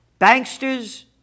Banksters